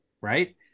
right